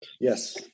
Yes